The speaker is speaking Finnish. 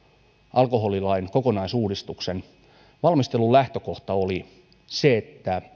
alkoholilain kokonaisuudistuksen valmistelun lähtökohta oli se että